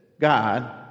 God